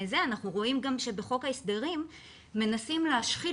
אנחנו רואים שבחוק ההסדרים מנסים להשחיל